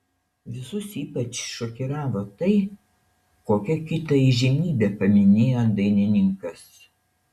visus ypač šokiravo tai kokią kitą įžymybę paminėjo dainininkas